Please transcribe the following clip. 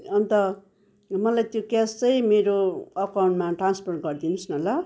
अन्त मलाई त्यो क्यास चाहिँ मेरो अकाउन्टमा ट्रान्सफर गरिदिनुस् न ल